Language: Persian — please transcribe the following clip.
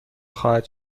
خواهد